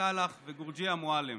לסלח וג'ורג'יה מועלם